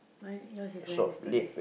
mine yours is Wednesday